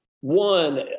One